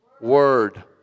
word